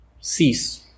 cease